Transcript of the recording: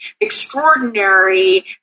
extraordinary